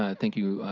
ah thank you,